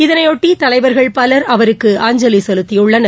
இதனையொட்டி தலைவர்கள் பலர் அவருக்கு அஞ்சலி செலுத்தியுள்ளனர்